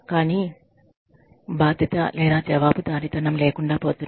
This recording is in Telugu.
కానీ బాధ్యత లేదా జవాబుదారీతనం లేకుండా పోతున్నాయి